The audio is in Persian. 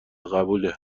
قبوله